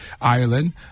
Ireland